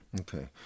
Okay